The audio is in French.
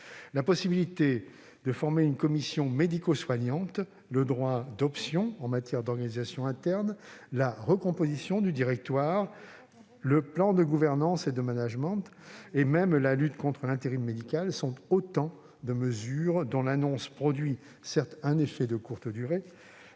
La possibilité de former une commission médico-soignante, le droit d'option en matière d'organisation interne, la recomposition du directoire, le plan de gouvernance et de management et même la lutte contre l'intérim médical sont autant de mesures dont l'annonce produit certes un effet de courte durée,